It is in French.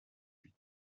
huit